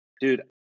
Dude